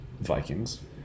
Vikings